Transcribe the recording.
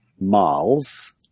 miles